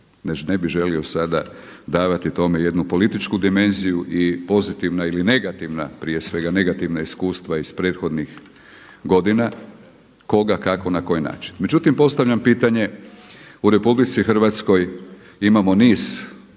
Ne bih želio sada davati tome jednu političku dimenziju i pozitivna ili negativna prije svega, negativna iskustva iz prethodnih godina koga, kako, na koji način. Međutim, postavljam pitanje, u RH imamo niz